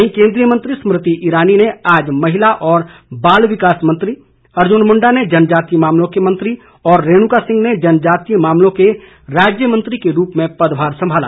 वहीं केन्द्रीय मंत्री स्मृति ईरानी ने आज महिला और बाल विकास मंत्री अर्जुन मुंडा ने जनजातीय मामलों के मंत्री और रेणुका सिंह ने जनजातीय मामलों के राज्यमंत्री के रूप में पदभार संभाला